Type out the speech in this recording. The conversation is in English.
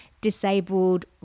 disabled